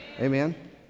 Amen